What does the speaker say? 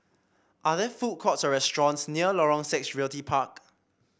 are there food courts or restaurants near Lorong Six Realty Park